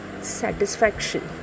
satisfaction